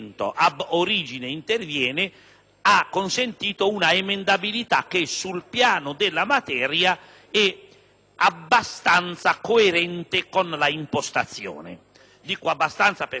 ha consentito una emendabilità che sul piano della materia è abbastanza coerente con l'impostazione; dico "abbastanza" perché non è completamente coerente, però